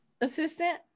assistant